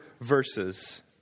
verses